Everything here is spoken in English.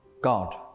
God